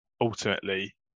ultimately